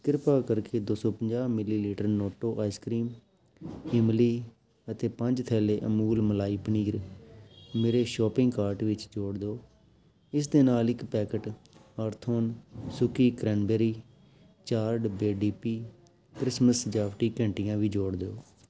ਕਿਰਪਾ ਕਰਕੇ ਦੋ ਸੌ ਪੰਜਾਹ ਮਿਲੀਲੀਟਰ ਨੋਟੋ ਆਈਸ ਕਰੀਮ ਇਮਲੀ ਅਤੇ ਪੰਜ ਥੈਲੇ ਅਮੂਲ ਮਲਾਈ ਪਨੀਰ ਮੇਰੇ ਸ਼ੋਪਿੰਗ ਕਾਰਟ ਵਿੱਚ ਜੋੜ ਦਿਓ ਇਸ ਦੇ ਨਾਲ ਇੱਕ ਪੈਕੇਟ ਅਰਥੋਨ ਸੁੱਕੀ ਕ੍ਰੈਂਨਬੈਰੀ ਚਾਰ ਡੱਬੇ ਡੀ ਪੀ ਕ੍ਰਿਸਮਸ ਸਜਾਵਟੀ ਘੰਟੀਆਂ ਵੀ ਜੋੜ ਦਿਓ